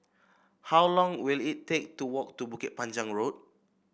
how long will it take to walk to Bukit Panjang Road